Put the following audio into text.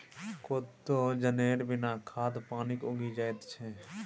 कोदो जनेर बिना खाद पानिक उगि जाएत छै